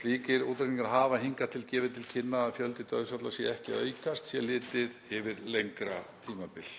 Slíkir útreikningar hafa hingað til gefið til kynna að fjöldi dauðsfalla sé ekki að aukast sé litið yfir lengra tímabil.